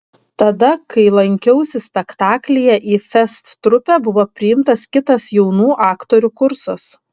tada kai lankiausi spektaklyje į fest trupę buvo priimtas kitas jaunų aktorių kursas